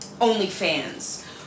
OnlyFans